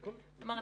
כלומר,